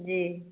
जी